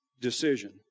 decision